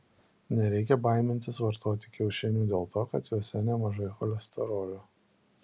nereikia baimintis vartoti kiaušinių dėl to kad juose nemažai cholesterolio